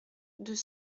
deux